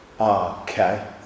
okay